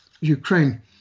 Ukraine